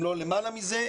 אם לא למעלה מזה,